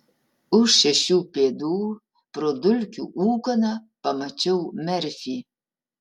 už šešių pėdų pro dulkių ūkaną pamačiau merfį